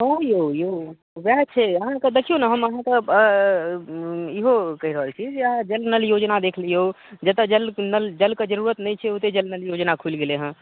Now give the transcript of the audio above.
हाँ यौ यौ ओएह छै अहाँकेँ देखिऔ ने अहाँक इहो कहि रहल छी जे जल नल योजना देखि लिऔ जतऽ जल नल जल कऽ जरूरत नहि छै ओतहि जल नल योजना खुलि गेलै हँ